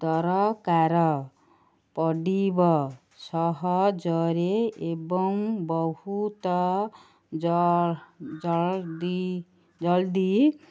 ଦରକାର ପଡ଼ିବ ସହଜରେ ଏବଂ ବହୁତ ଜ ଜଲ୍ଦି ଜଲ୍ଦି